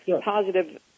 positive